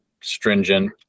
stringent